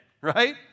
right